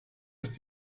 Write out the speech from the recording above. ist